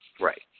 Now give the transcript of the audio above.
Right